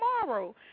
tomorrow